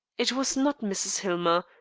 it was not mrs. hillmer,